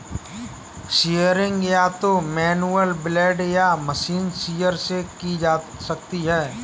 shearing या तो manual blade या मशीन शीयर से की जा सकती है